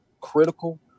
critical